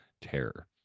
terror